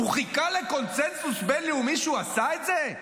חיכה לקונסנזוס בין-לאומי כשהוא עשה את זה?